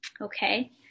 okay